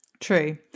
true